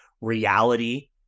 reality